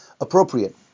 appropriate